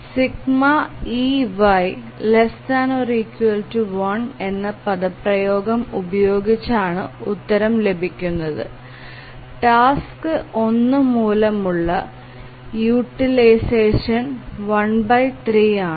∑ey ≤ 1 എന്ന പദപ്രയോഗം ഉപയോഗിച്ചാണ് ഉത്തരം ലഭിക്കുന്നത് ടാസ്ക് 1 മൂലമുള്ള യൂട്ടിലൈസഷൻ 13 ആണ്